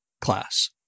class